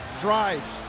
Drives